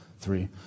three